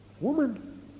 Woman